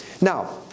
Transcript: Now